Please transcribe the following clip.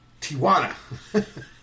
Tijuana